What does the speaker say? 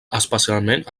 especialment